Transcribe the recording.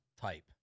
type